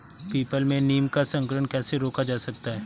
People में नीम का संकरण कैसे रोका जा सकता है?